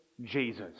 Jesus